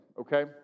okay